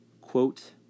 Quote